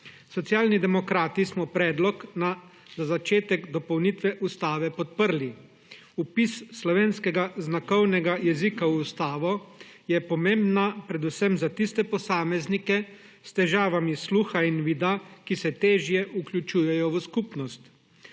Socialni demokrati smo predlog za začetek dopolnitve ustave podprli. Vpis slovenskega znakovnega jezika v ustavo je pomembna predvsem za tiste posameznike s težavami sluha in vida, ki se težje vključujejo v skupnost.